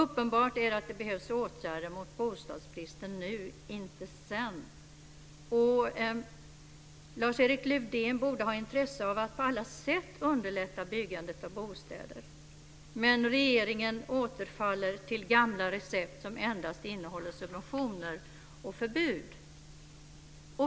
Uppenbart är att det behövs åtgärder mot bostadsbristen nu - inte sedan. Lars-Erik Lövdén borde ha intresse av att på alla sätt underlätta byggandet av bostäder. Men regeringen återfaller till gamla recept som endast innehåller subventioner och förbud.